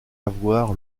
avoir